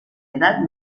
edad